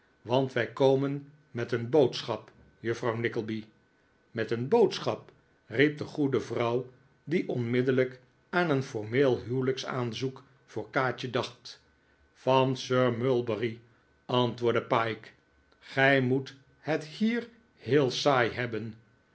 want wij komen met een boodschap juffrouw nickleby met een boodschap riep de goede vrouw die onmiddellijk aan een formeel huwelijksaanzoek voor kaatje dacht van sir mulberry antwoordde pyke gij moet het hier heel saai hebben